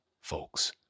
folks